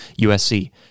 USC